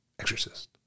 Exorcist